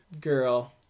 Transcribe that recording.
girl